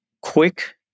quick